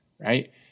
right